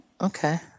okay